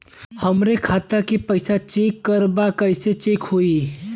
हमरे खाता के पैसा चेक करें बा कैसे चेक होई?